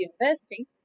university